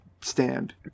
stand